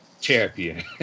Champion